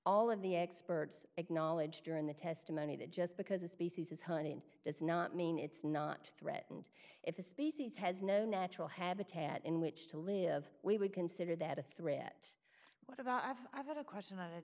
all of the experts acknowledged during the testimony that just because a species has honey and does not mean it's not threatened if a species has no natural habitat in which to live we would consider that a threat what about i've got a question